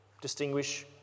Distinguish